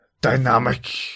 dynamic